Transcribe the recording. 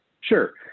Sure